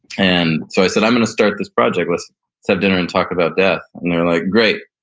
and so i said, i'm going to start this project let's have dinner and talk about death, and they're like, great.